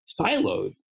siloed